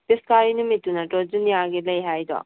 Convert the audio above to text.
ꯄꯤꯁꯀꯥꯔꯤ ꯅꯨꯃꯤꯠꯇꯣ ꯅꯠꯇ꯭ꯔꯣ ꯖꯨꯅꯤꯌꯥꯔꯒꯤ ꯂꯩ ꯍꯥꯏꯗꯣ